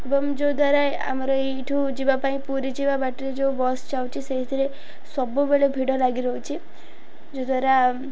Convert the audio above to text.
ଏବଂ ଯଦ୍ୱାରା ଆମର ଏଇଠୁ ଯିବା ପାଇଁ ପୁରୀ ଯିବା ବାଟରେ ଯେଉଁ ବସ୍ ଯାଉଛି ସେଇଥିରେ ସବୁବେଳେ ଭିଡ଼ ଲାଗି ରହୁଛି ଯଦ୍ୱାରା